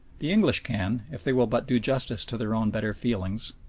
the english can, if they will but do justice to their own better feelings,